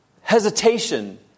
hesitation